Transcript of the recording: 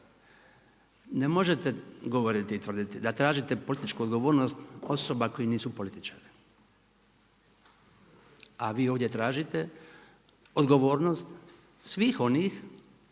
Ne možete govoriti i tvrditi da tražite političku odgovornost osoba koji nisu političari a vi ovdje tražite odgovornost svih onih